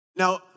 Now